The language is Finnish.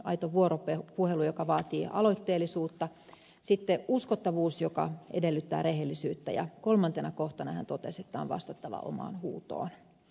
aito vuoropuhelu joka vaatii aloitteellisuutta sitten uskottavuus joka edellyttää rehellisyyttä ja kolmantena kohtana hän totesi että on vastattava omaan huutoon